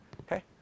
okay